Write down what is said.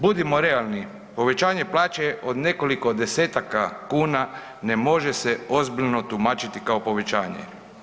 Budimo realni, povećanje plaće od nekoliko desetaka kuna ne može se ozbiljno tumačiti kao povećanje.